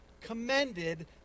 commended